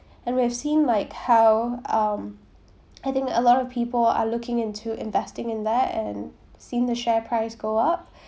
and we've seen like how um I think a lot of people are looking into investing in there and seen the share price go up